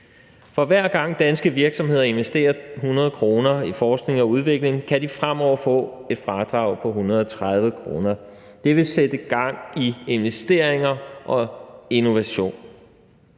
For hver gang danske virksomheder investerer 100 kr. i forskning og udvikling, kan de fremover få et fradrag på 130 kr. Det vil sætte gang i investeringer og innovation.